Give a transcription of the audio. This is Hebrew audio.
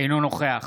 אינו נוכח